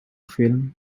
film